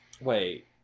wait